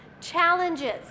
challenges